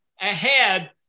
ahead